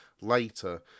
later